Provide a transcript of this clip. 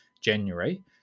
January